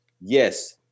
Yes